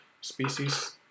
species